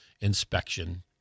inspection